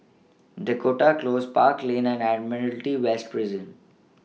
Dakota Close Park Lane and Admiralty West Prison